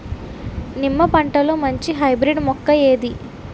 నిమ్మ పంటలో మంచి హైబ్రిడ్ మొక్క ఏది?